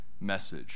message